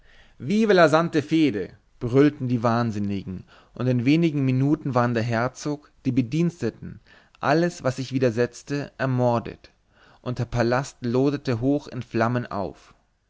viva la santa fede brüllten die wahnsinnigen und in wenigen minuten waren der herzog die bediensteten alles was sich widersetzte ermordet und der palast loderte hoch in flammen auf